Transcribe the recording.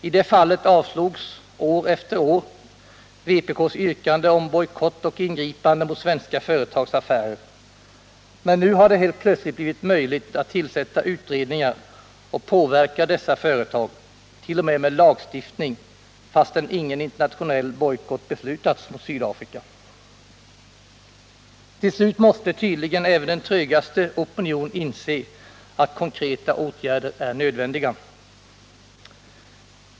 I det fallet avslogs år efter år vpk:s yrkande om bojkott och ingripande mot svenska företags affärer, men nu har det helt plötsligt blivit möjligt att tillsätta utredningar och påverka dessa företag t. 0. m. genom lagstiftning, fastän ingen internationell bojkott beslutats mot Sydafrika. Även den trögaste opinion måste tydligen till slut inse att konkreta åtgärder är nödvändiga.